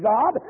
God